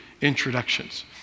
introductions